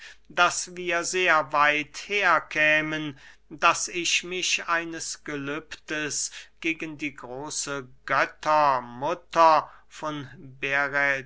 daß wir sehr weit herkämen daß ich mich eines gelübdes gegen die große göttermutter von